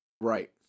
Right